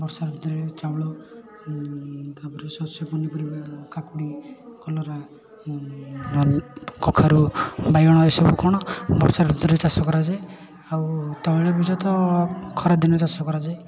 ବର୍ଷା ଋତୁରେ ଚାଉଳ ତା'ପରେ ଶସ୍ୟ ପନିପରିବା କାକୁଡ଼ି କଲରା କଖାରୁ ବାଇଗଣ ଏହିସବୁ କ'ଣ ବର୍ଷା ଋତୁରେ ଚାଷ କରାଯାଏ ଆଉ ତୈଳବୀଜ ତ ଖରାଦିନରେ ଚାଷ କରାଯାଏ